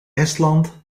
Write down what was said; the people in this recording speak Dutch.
estland